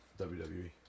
WWE